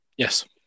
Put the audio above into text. Yes